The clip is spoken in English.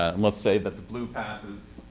and let's say that the blue passes.